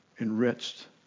enriched